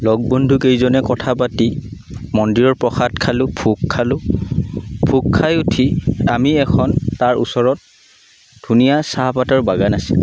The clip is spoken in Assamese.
লগ বন্ধু কেইজনে কথা পাতি মন্দিৰৰ প্ৰসাদ খালোঁ ভোগ খালোঁ ভোগ খাই উঠি আমি এখন তাৰ ওচৰত ধুনীয়া চাহপাতৰ বাগান আছে